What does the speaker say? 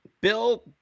Bill